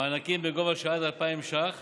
מענקים בגובה של עד 2,000 ש"ח